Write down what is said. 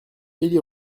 élie